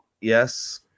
yes